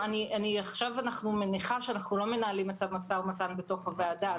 אני מניחה שעכשיו אנחנו לא מנהלים משא ומתן בתוך הוועדה.